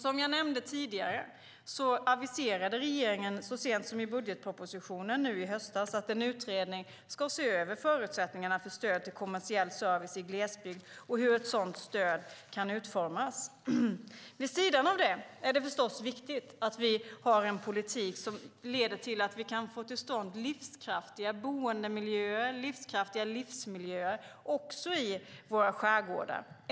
Som jag nämnde tidigare aviserade regeringen så sent som i budgetpropositionen nu i höstas att en utredning ska se över förutsättningarna för stöd till kommersiell service i glesbygd och hur ett sådant stöd kan utformas. Vid sidan av det är det förstås viktigt att vi har en politik som leder till att vi kan få till stånd livskraftiga boendemiljöer och livsmiljöer också i våra skärgårdar.